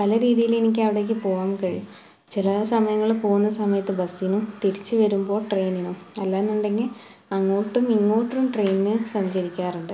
പല രീതിയിലെനിക്ക് അവിടേക്ക് പോകാൻ കഴിയും ചില സമയങ്ങളിൽ പോകുന്ന സമയത്ത് ബസ്സിനും തിരിച്ച് വരുമ്പോൾ ട്രെയിനിനും അല്ല എന്നുണ്ടെങ്കിൽ അങ്ങോട്ടും ഇങ്ങോട്ടും ട്രെയിനിന് സഞ്ചരിക്കാറുണ്ട്